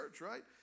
right